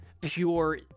pure